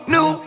New